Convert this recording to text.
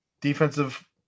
defensive